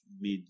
mid